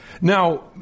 Now